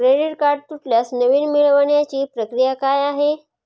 Credit card तुटल्यास नवीन मिळवण्याची प्रक्रिया काय आहे?